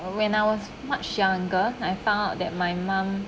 when I was much younger I found out that my mum